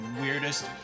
weirdest